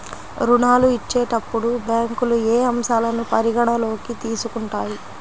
ఋణాలు ఇచ్చేటప్పుడు బ్యాంకులు ఏ అంశాలను పరిగణలోకి తీసుకుంటాయి?